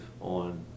on